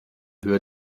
höhe